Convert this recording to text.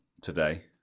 today